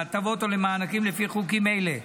להטבות או למענקים לפי חוקים אלה,